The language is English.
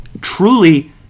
truly